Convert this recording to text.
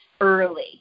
early